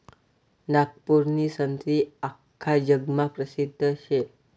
नागपूरनी संत्री आख्खा जगमा परसिद्ध शे